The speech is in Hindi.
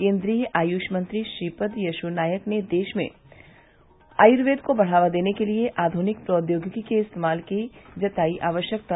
केन्द्रीय आयुष मंत्री श्रीपद यशो नायक ने देश में आयुर्वेद को बढ़ावा देने के लिए आध्रनिक प्रौद्योगिकी के इस्तेमाल की जताई आवश्यकता